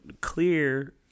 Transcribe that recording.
clear